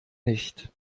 nicht